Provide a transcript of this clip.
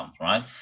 right